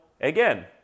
again